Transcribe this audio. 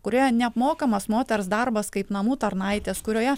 kurioje neapmokamas moters darbas kaip namų tarnaitės kurioje